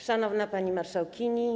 Szanowna Pani Marszałkini!